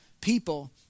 people